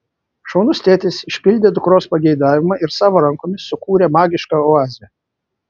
šaunus tėtis išpildė dukros pageidavimą ir savo rankomis sukūrė magišką oazę